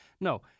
No